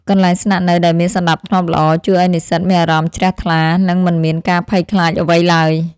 កន្លែងស្នាក់នៅដែលមានសណ្តាប់ធ្នាប់ល្អជួយឱ្យនិស្សិតមានអារម្មណ៍ជ្រះថ្លា និងមិនមានការភ័យខ្លាចអ្វីឡើយ។